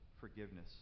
forgiveness